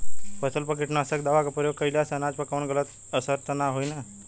फसल पर कीटनाशक दवा क प्रयोग कइला से अनाज पर कवनो गलत असर त ना होई न?